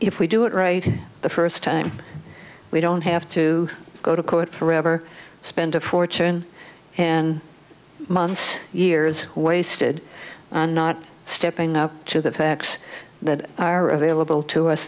if we do it right the first time we don't have to go to court forever spend a fortune and months years wasted on not stepping up to the facts that are available to us